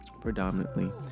predominantly